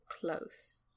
close